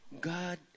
God